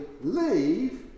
leave